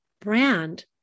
brand